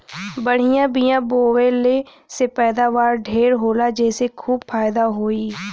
बढ़िया बिया बोवले से पैदावार ढेर होला जेसे खूब फायदा होई